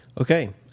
Okay